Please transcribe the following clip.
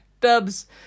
dubs